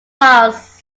miles